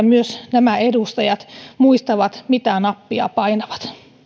myös nämä edustajat muistavat mitä nappia painavat